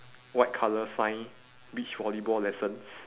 white colour sign beach volleyball lessons